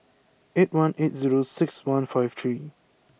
eight one eight zero six one five three